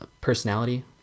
personality